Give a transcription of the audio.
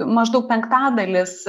maždaug penktadalis